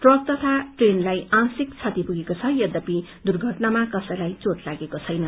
truck तथा ट्रेनलाई आशिक क्षति पुगेक्रो छ यध्यपि दुर्घटनामा कसैलाई चोट लागेको छैन